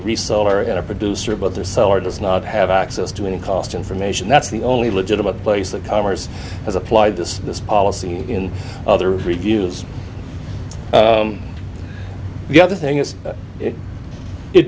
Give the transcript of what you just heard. reseller and a producer but the seller does not have access to any cost information that's the only legitimate place that commerce has applied this this policy and in other reviews the other thing is it